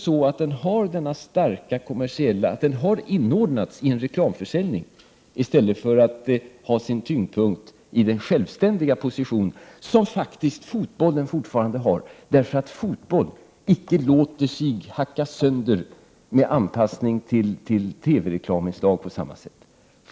Är det inte så därför att den har inordnats i en reklamförsäljning i stället för att ha sin tyngdpunkt i den självständiga position som faktiskt fotbollen fortfarande har, därför att fotbollen icke låter sig hackas sönder med anpassning till TV-reklamens lagar på samma sätt?